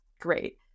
great